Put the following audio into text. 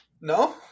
No